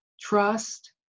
trust